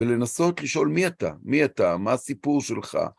ולנסות לשאול מי אתה? מי אתה? מה הסיפור שלך?